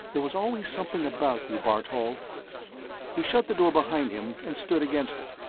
there was always something about you, bartol. he shut the door behind him and stood against it.